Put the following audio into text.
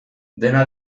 dena